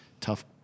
tough